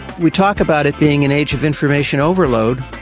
we talk about it being an age of information overload,